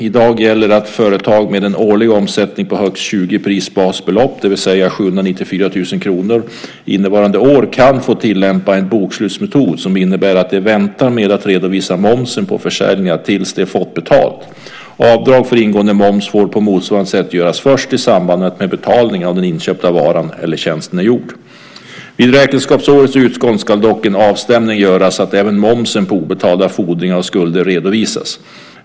I dag gäller att företag med en årlig omsättning på högst 20 prisbasbelopp, det vill säga 794 000 kr innevarande år, kan få tillämpa en bokslutsmetod som innebär att de väntar med att redovisa momsen på försäljningar tills de fått betalt. Avdrag för ingående moms får på motsvarande sätt göras först i samband med att betalningen av den inköpta varan eller tjänsten är gjord. Vid räkenskapsårets utgång ska dock en avstämning göras så att även momsen på obetalda fordringar och skulder redovisas.